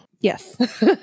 yes